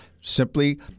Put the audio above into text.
simply